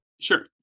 Sure